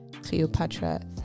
Cleopatra